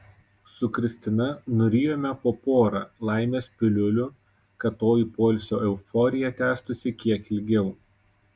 su kristina nurijome po porą laimės piliulių kad toji poilsio euforija tęstųsi kiek ilgiau